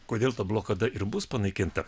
kodėl ta blokada ir bus panaikinta